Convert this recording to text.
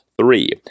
three